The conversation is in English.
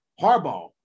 Harbaugh